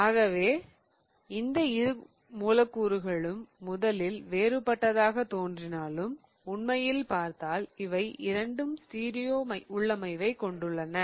ஆகவே இந்த இரு மூலக்கூறுகளும் முதலில் வேறுபட்டதாகத் தோன்றினாலும் உண்மையில் பார்த்தால் இவை இரண்டும் ஒரே ஸ்டீரியோ உள்ளமைவைக் கொண்டுள்ளன